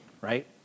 right